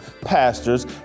pastors